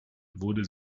wurde